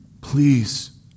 Please